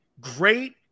great